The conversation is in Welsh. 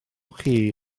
chi